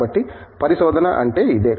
కాబట్టి పరిశోధన అంటే ఇదే